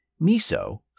miso